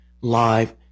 live